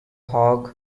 hog